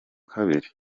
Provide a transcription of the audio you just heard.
kabiri